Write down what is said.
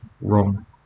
wrong